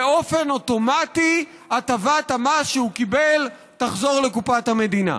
באופן אוטומטי הטבת המס שהוא קיבל תחזור לקופת המדינה.